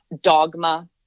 dogma